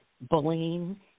Bullying